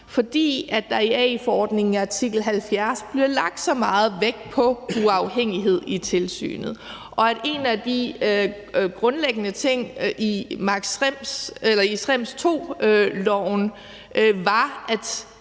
fordi der i AI-forordningens artikel 70 bliver lagt så meget vægt på uafhængighed i tilsynet. En af de grundlæggende ting i Schrems II-sagen var, at